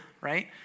right